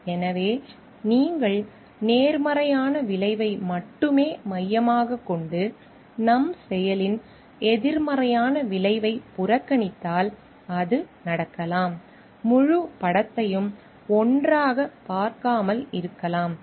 எனவே நீங்கள் நேர்மறையான விளைவை மட்டுமே மையமாகக் கொண்டு நம் செயலின் எதிர்மறையான விளைவைப் புறக்கணித்தால் அது நடக்கலாம் முழுப் படத்தையும் ஒன்றாகப் பார்க்காமல் இருக்கலாம்